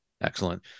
Excellent